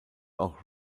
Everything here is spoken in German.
auch